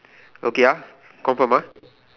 okay ah confirm ah